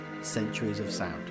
centuriesofsound